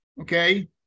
okay